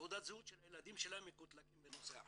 תעודת זהות של הילדים שלהם מקוטלגים בנושא אחר.